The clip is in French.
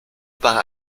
part